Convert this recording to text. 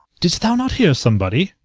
didst thou not hear somebody?